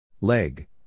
Leg